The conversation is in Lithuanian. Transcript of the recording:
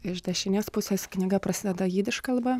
iš dešinės pusės knyga prasideda jidiš kalba